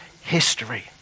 history